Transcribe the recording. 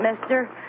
mister